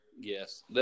Yes